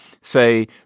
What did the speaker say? say